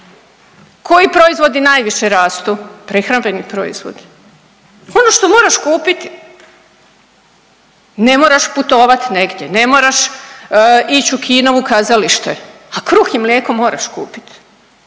Koji proizvodi najviše rastu? Prehrambeni proizvodi, ono što moraš kupiti. Ne moraš putovati negdje, ne moraš ići u kino, u kazalište, a kruh i mlijeko moraš kupiti,